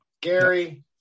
Gary